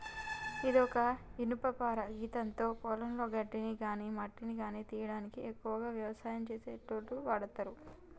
ఇది ఒక ఇనుపపార గిదాంతో పొలంలో గడ్డిని గాని మట్టిని గానీ తీయనీకి ఎక్కువగా వ్యవసాయం చేసేటోళ్లు వాడతరు